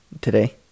Today